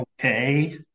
Okay